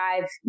five